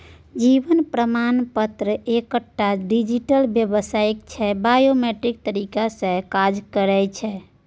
जीबन प्रमाण एकटा डिजीटल बेबसाइट छै बायोमेट्रिक तरीका सँ काज करय छै